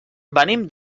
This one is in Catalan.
venim